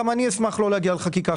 גם אני אשמח לא להגיע לחקיקה.